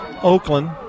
Oakland